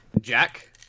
Jack